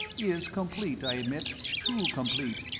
is complete, i admit too complete.